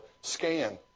scan